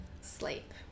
sleep